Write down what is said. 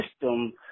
system